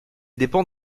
dépend